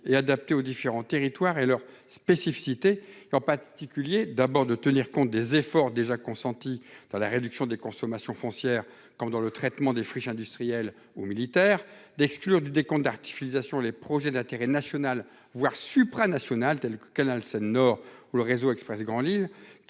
et adaptées aux différents territoires et leur spécificité, et en particulier d'abord de tenir compte des efforts déjà consentis dans la réduction des consommations foncière comme dans le traitement des friches industrielles ou militaires d'exclure du décompte d'filiation, les projets d'intérêt national, voire supranationales telles que canal Seine Nord ou le réseau Express Grand Lille